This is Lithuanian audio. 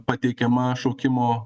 pateikiama šaukimo